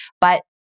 but-